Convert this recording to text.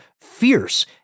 Fierce